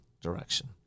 direction